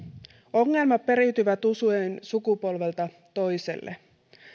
ongelmat periytyvät usein sukupolvelta toiselle